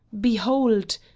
behold